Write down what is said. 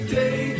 day